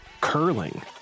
curling